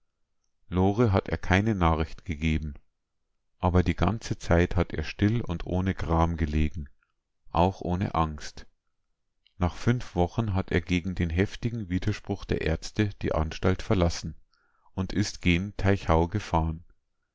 lore hat er keine nachricht gegeben aber die ganze zeit hat er still und ohne gram gelegen auch ohne angst nach fünf wochen hat er gegen den heftigen widerspruch der ärzte die anstalt verlassen und ist gen teichau gefahren